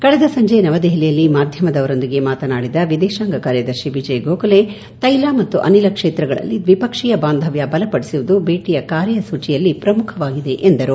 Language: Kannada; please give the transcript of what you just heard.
ಕಳೆದ ಸಂಜೆ ನವದೆಹಲಿಯಲ್ಲಿ ಮಾಧ್ಯಮದವರೊಂದಿಗೆ ಮಾತನಾಡಿದ ವಿದೇಶಾಂಗ ಕಾರ್ಯದರ್ಶಿ ವಿಜಯ್ ಗೋಖಲೆ ತೈಲ ಮತ್ತು ಅನಿಲ ಕ್ಷೇತ್ರಗಳಲ್ಲಿ ದ್ವಿಪಕ್ಷೀಯ ಬಾಂಧವ್ಯ ಬಲಪಡಿಸುವುದು ಭೇಟಿಯ ಕಾರ್ಯಸೂಚಿಯಲ್ಲಿ ಪ್ರಮುಖವಾಗಿದೆ ಎಂದರು